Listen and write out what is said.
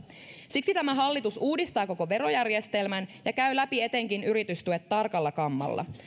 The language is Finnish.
siksi tämä hallitus uudistaa koko verojärjestelmän ja käy läpi etenkin yritystuet tarkalla kammalla